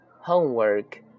Homework